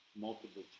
multiple